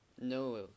no